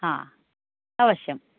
हा अवश्यम्